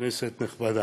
כנסת נכבדה,